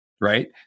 right